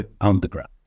underground